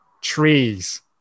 trees